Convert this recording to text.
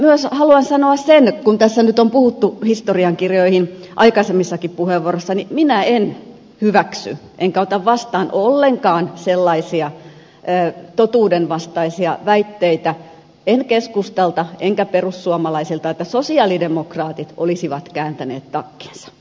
myös haluan sanoa sen kun tässä nyt on puhuttu historiankirjoihin aikaisemmissakin puheenvuoroissa että minä en hyväksy enkä ota vastaan ollenkaan sellaisia totuudenvastaisia väitteitä en keskustalta enkä perussuomalaisilta että sosialidemokraatit olisivat kääntäneet takkinsa